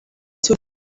two